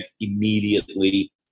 immediately